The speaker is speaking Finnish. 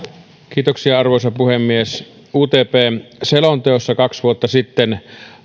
arvoisa puhemies utpn selonteossa kaksi vuotta sitten